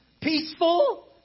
Peaceful